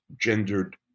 gendered